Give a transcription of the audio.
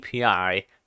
API